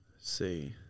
see